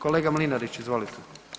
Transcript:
Kolega Mlinarić, izvolite.